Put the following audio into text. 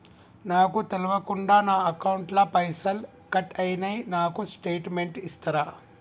నాకు తెల్వకుండా నా అకౌంట్ ల పైసల్ కట్ అయినై నాకు స్టేటుమెంట్ ఇస్తరా?